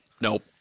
Nope